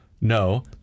No